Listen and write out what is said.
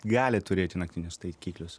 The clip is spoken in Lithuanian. gali turėti naktinius taikiklius